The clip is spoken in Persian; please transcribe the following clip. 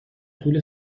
طول